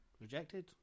Rejected